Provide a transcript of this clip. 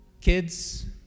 Kids